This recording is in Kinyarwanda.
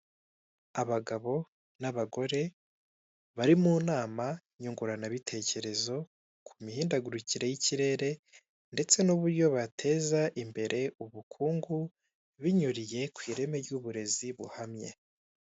Abagabo n'abagore bari mu nama nyunguranabitekerezo ku mihindagurikire y'ikirere ndetse n'uburyo bateza imbere ubukungu, binyuriye kw' ireme ry'uburezi.